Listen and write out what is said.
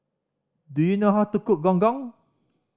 do you know how to cook Gong Gong